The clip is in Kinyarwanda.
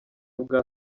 bwa